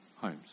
homes